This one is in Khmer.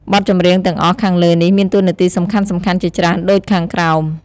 បទចម្រៀងទាំងអស់ខាងលើនេះមានតួនាទីសំខាន់ៗជាច្រើនដូចខាងក្រោម។